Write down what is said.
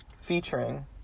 Featuring